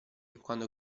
quando